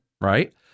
right